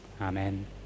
Amen